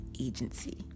agency